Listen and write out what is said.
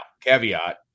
caveat